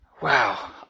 wow